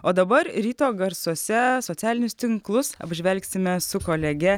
o dabar ryto garsuose socialinius tinklus apžvelgsime su kolege